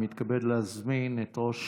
אני מתכבד להזמין את ראש